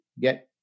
get